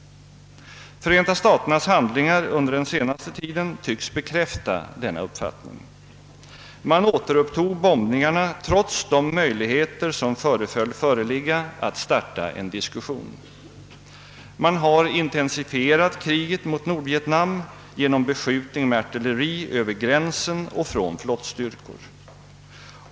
Förenta staternas handlingar under den senaste tiden tycks bekräfta denna uppfattning. Man återupptog bombningarna trots de möjligheter som tycktes föreligga att starta en diskussion, och man har intensifierat kriget mot Nordvietnam genom beskjutning med artilleri över gränsen och från flottstyrkor.